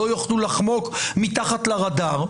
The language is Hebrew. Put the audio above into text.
לא יוכלו לחמוק מתחת הרדאר.